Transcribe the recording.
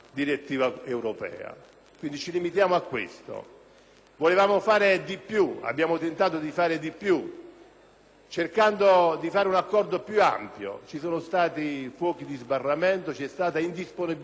Volevamo fare di più. Abbiamo tentato di fare di più, cercando di giungere ad un accordo più ampio. Ci sono stati fuochi di sbarramento; c'è stata indisponibilità diffusa. Gli ultimi mesi testimoniano